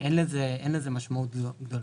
אין לזה משמעות גדולה.